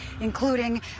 including